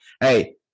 hey